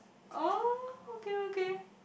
oh okay okay